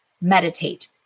meditate